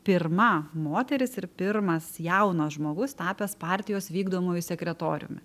pirma moteris ir pirmas jaunas žmogus tapęs partijos vykdomuoju sekretoriumi